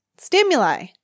stimuli